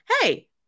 hey